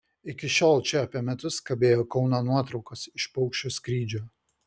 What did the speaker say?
iki šiol čia apie metus kabėjo kauno nuotraukos iš paukščio skrydžio